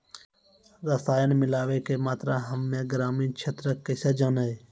रसायन मिलाबै के मात्रा हम्मे ग्रामीण क्षेत्रक कैसे जानै?